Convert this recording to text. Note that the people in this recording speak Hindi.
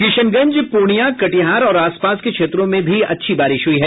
किशनगंज पूर्णिया कटिहार और आसपास के क्षेत्रों में अच्छी बारिश हुई है